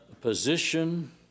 position